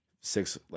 six